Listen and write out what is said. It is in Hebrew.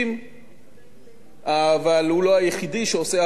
אבל הוא לא היחידי שעושה עבודה מקצועית ומסורה